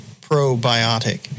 probiotic